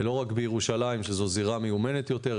לא רק בירושלים שזו זירה מיומנת יותר,